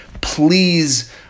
please